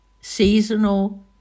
seasonal